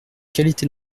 qualité